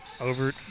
Over